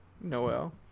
Noel